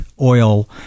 oil